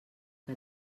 que